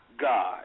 God